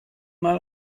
mal